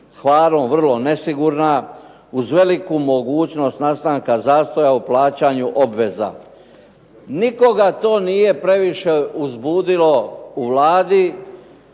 Hvarom" vrlo nesigurna uz veliku mogućnost nastanka zastoja u plaćanju obveza. Nikoga to nije previše uzbudilo u Vladi.